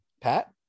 Pat